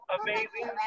amazing